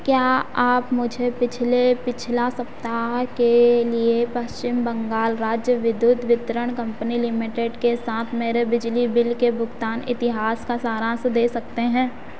क्या आप मुझे पिछले पिछला सप्ताह के लिए पश्चिम बंगाल राज्य विद्युत वितरण कम्पनी लिमिटेड के साथ मेरे बिजली बिल के भुगतान इतिहास का सारान्श दे सकते हैं